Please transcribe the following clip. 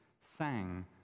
sang